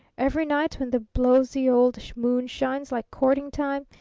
every night when the blowsy old moon shines like courting time,